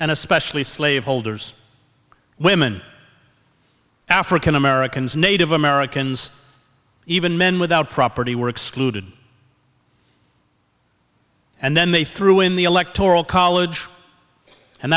and especially slave holders women african americans native americans even men without property were excluded and then they threw in the electoral college and